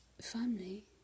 family